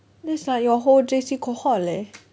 that's like your whole J_C cohort leh